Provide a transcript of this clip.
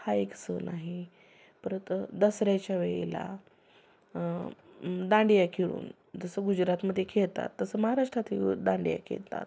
हा एक सण आहे परत दसऱ्याच्या वेळेला दांडिया खेळून जसं गुजरातमध्ये खेळतात तसं महाराष्ट्रातही दांडिया खेळतात